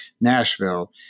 Nashville